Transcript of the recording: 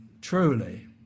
truly